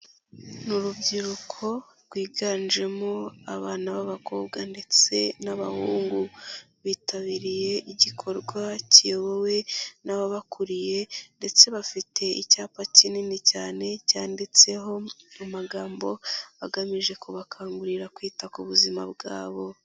Urubyiruko rwiganjemo abana b'abakobwa ndetse n'abahungu bitabiriye igikorwa kiyobowe n'ababakuriye, ndetse bafite icyapa kinini cyane cyanditseho mu amagambo agamije kubakangurira kwita ku buzima bwabo.